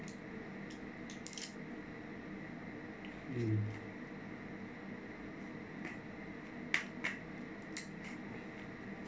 mm